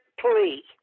plea